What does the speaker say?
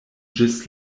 ĝis